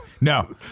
no